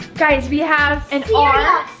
guys we have an r,